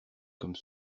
comme